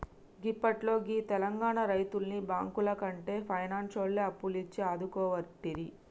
గిప్పట్ల గీ తెలంగాణ రైతుల్ని బాంకులకంటే పైనాన్సోల్లే అప్పులిచ్చి ఆదుకోవట్టిరి